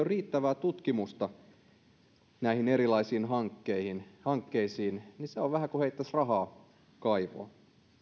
riittävää tutkimusta näihin erilaisiin hankkeisiin hankkeisiin niin se on vähän kuin heittäisi rahaa kaivoon